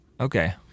Okay